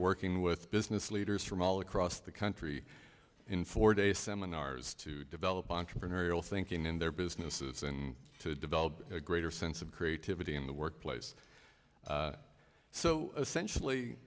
working with business leaders from all across the country in four day seminars to develop entrepreneurial thinking in their businesses and to develop a greater sense of creativity in the workplace so essentially